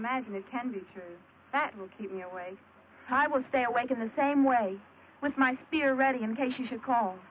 imagine it can be true that will keep me away but i will stay awake in the same way with my spear ready in case you should call